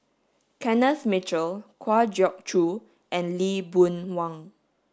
Kenneth Mitchell Kwa Geok Choo and Lee Boon Wang